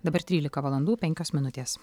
dabar trylika valandų penkios minutės